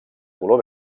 color